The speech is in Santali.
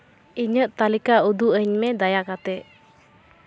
ᱤᱧᱟᱹᱜ ᱛᱟᱹᱞᱤᱠᱟ ᱩᱫᱩᱜ ᱟᱹᱧᱢᱮ ᱫᱟᱭᱟ ᱠᱟᱛᱮᱫ